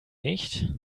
nicht